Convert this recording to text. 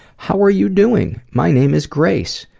how are you doing? my name is grace.